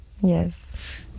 Yes